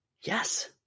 Yes